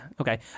okay